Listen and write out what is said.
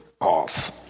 off